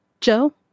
Joe